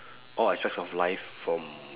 all aspects of life from